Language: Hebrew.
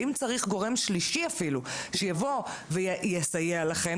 ואם צריך אפילו גורם שלישי שיבוא ויסייע לכם